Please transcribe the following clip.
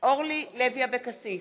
אורלי לוי אבקסיס,